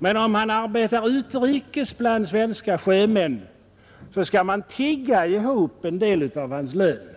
men om han arbetar utrikes bland svenska sjömän så skall man tigga ihop en del av hans lön.